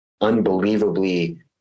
unbelievably